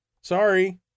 Sorry